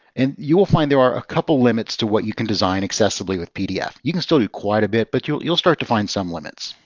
and you will find there are a couple limits to what you can design excessively with pdf. you can still do quite a bit. but you'll you'll start to find some limits.